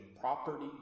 property